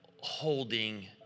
holding